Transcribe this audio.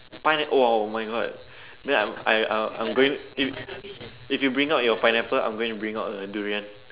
pineapple !wow! [oh]-my-God then I'm I I I'll I'm going if if you bring out your pineapple I'm gonna bring out a durian